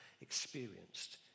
experienced